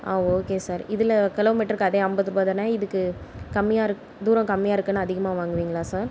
ஆ okay sir இதில் kilo மீட்டருக்கு அதே ஐம்பது ரூபாய் தானே இதுக்கு கம்மியாக இருக் தூரம் கம்மியாக இருக்குதுனு அதிகமாக வாங்குவிங்களா சார்